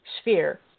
sphere